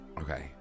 Okay